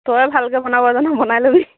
তয়ে ভালকে বনাব জান বনাই ল'বি